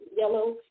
yellow